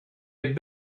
had